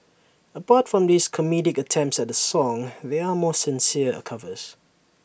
apart from these comedic attempts at the song there are more sincere covers